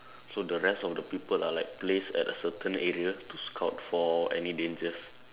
so the rest of the people are like placed at a certain area to scout for any dangers